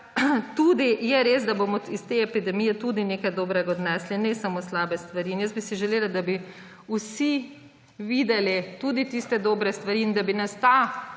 da je res, da bomo iz te epidemije tudi nekaj dobrega odnesli, ne samo slabih stvari. Želela bi si, da bi vsi videli tudi tiste dobre stvari in da bi nas ta